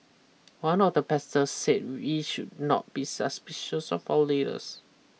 one of the pastors said we should not be suspicious of our leaders